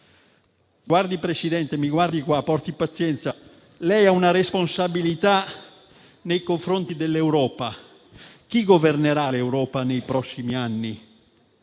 mandato, Presidente, porti pazienza, lei ha una responsabilità nei confronti dell'Europa: chi governerà l'Europa nei prossimi anni?